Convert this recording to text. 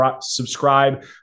subscribe